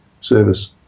service